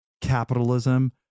capitalism